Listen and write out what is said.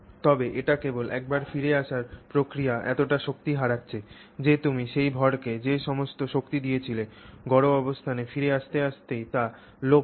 তবে এটি কেবল একবার ফিরে আসার প্রক্রিয়ায় এতটা শক্তি হারাচ্ছে যে তুমি সেই ভরকে যে সমস্ত শক্তি দিয়েছিলে গড় অবস্থানে ফিরে আসতে আসতেই তা লোপ পায়